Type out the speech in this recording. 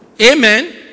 Amen